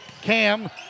Cam